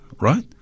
right